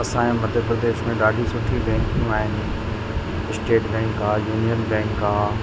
असांजे मध्य प्रदेश में ॾाढियूं सुठियूं बैंकू आहिनि स्टेट बैंक आहे यूनियन बैंक आहे